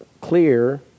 clear